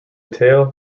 tale